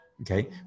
Okay